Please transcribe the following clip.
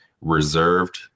reserved